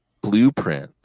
blueprint –